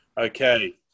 Okay